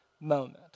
moment